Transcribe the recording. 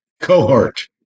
cohort